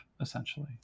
essentially